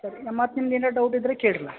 ಸರಿ ಮತ್ತು ನಿಮ್ಗೆ ಏನಾರ ಡೌಟ್ ಇದ್ದರೆ ಕೇಳ್ರಲ್ಲಾ